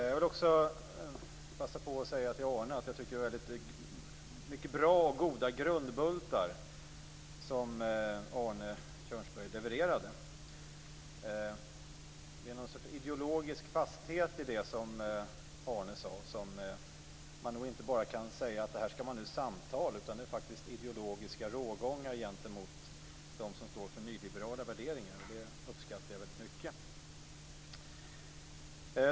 Jag vill också passa på att säga till Arne Kjörnsberg att det är mycket bra och goda grundbultar som Arne Kjörnsberg levererade. Det är någon sorts ideologisk fasthet i det som han sade om att det inte bara är fråga om att samtala utan att det faktiskt finns ideologiska rågångar gentemot dem som står för nyliberala värderingar. Det uppskattar jag väldigt mycket.